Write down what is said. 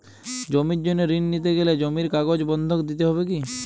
জমির জন্য ঋন নিতে গেলে জমির কাগজ বন্ধক দিতে হবে কি?